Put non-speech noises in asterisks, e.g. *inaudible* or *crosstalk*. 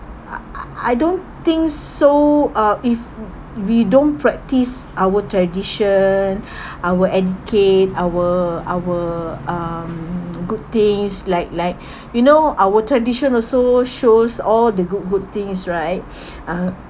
I I I don't think so uh if we don't practise our tradition *breath* our end -okay our our um good things like like *breath* you know our tradition also shows all the good good things right *breath* uh